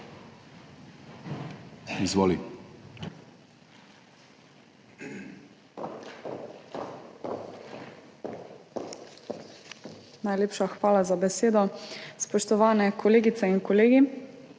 Svoboda): Najlepša hvala za besedo. Spoštovane kolegice in kolegi!